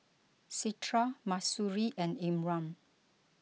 Citra Mahsuri and Imran